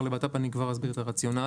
לביטחון פנים ואני כבר אסביר את הרציונל.